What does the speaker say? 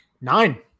Nine